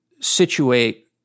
situate